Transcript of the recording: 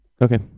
Okay